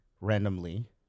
randomly